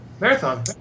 marathon